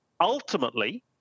Ultimately